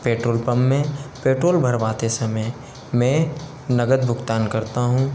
petrol pump में petrol भरवाते समय मैं नगद भुगतान करता हूँ